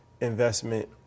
investment